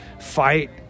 fight